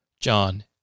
John